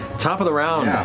top of the round,